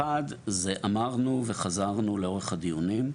אחד, זה ואמרנו חזרנו לאורך הדיונים,